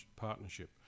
partnership